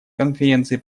конференции